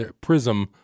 PRISM